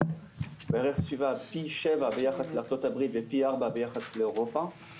בערך סביבה פי 7 ביחס לארצות הברית ופי 4 ביחס לאירופה.